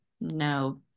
no